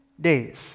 days